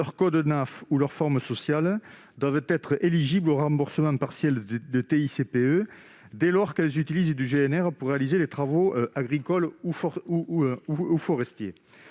leur code NAF ou leur forme sociale, devraient être éligibles au remboursement partiel de TICPE, dès lors qu'elles utilisent du GNR pour réaliser des travaux agricoles ou forestiers.